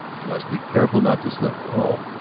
you must be careful not to slip. oh,